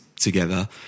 together